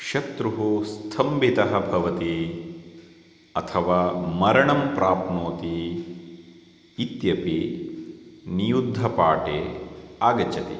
शत्रुःस्तम्भितः भवति अथवा मरणं प्राप्नोति इत्यपि नियुद्धपाठे आगच्छति